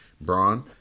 Braun